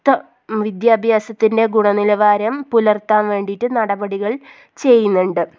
മൊത്തം വിദ്യാഭ്യാസത്തിൻ്റെ ഗുണനിലവാരം പുലർത്താൻ വേണ്ടിയിട്ട് നടപടികൾ ചെയ്യുന്നുണ്ട്